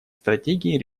стратегий